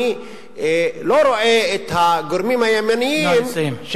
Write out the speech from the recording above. אני לא רואה את הגורמים הימניים,